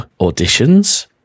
auditions